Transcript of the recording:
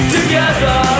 Together